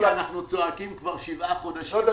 שאנחנו צועקים כבר שבעה חודשים על המודל.